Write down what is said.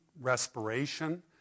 respiration